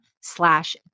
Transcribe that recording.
slash